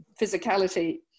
physicality